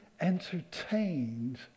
entertained